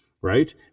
right